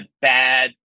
bad